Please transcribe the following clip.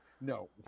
No